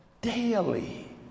daily